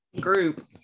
group